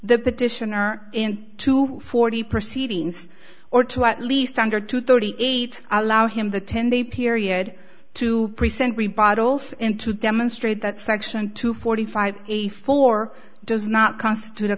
petitioner in to forty proceedings or to at least under two thirty eight allow him the ten day period to present re bottles and to demonstrate that section two forty five eighty four does not constitute a